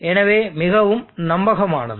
எனவே மிகவும் நம்பகமானது